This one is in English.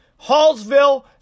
Hallsville